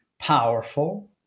powerful